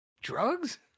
drugs